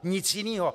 Nic jiného.